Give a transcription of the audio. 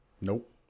nope